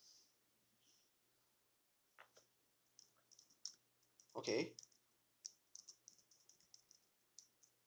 okay